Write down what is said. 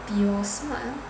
比我 smart ah